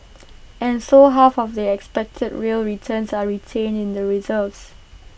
and so half of the expected real returns are retained in the reserves